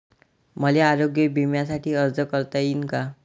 मले आरोग्य बिम्यासाठी अर्ज करता येईन का?